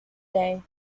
day